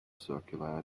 circular